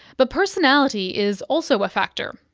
but personality is also a factor.